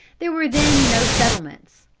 there were then no settlements.